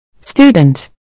Student